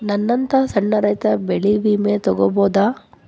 ನನ್ನಂತಾ ಸಣ್ಣ ರೈತ ಬೆಳಿ ವಿಮೆ ತೊಗೊಬೋದ?